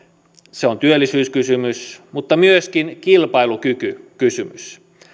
se on työllisyyskysymys mutta myöskin kilpailukykykysymys